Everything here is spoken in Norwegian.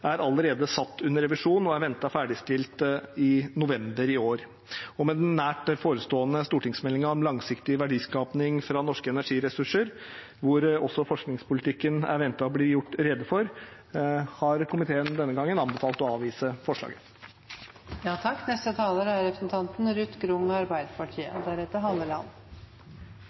er allerede satt under revisjon og er ventet ferdigstilt i november i år. Og med den nært forestående stortingsmeldingen om langsiktig verdiskaping fra norske energiressurser, der også forskningspolitikken er ventet å bli gjort rede for, har komiteen denne gangen anbefalt å avvise